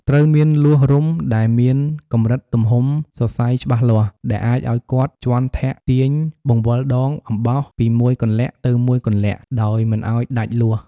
ត្រូវមានលួសរុំដែលមានកំរិតទំហំសសៃច្បាស់លាស់ដែរអាចអោយគាត់ជាន់ធាក់ទាញបង្វិលដងអំបោសពីមួយគន្លាក់ទៅមួយគន្លាក់ដោយមិនឲ្យដាច់លួស។